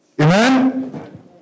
Amen